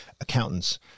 accountants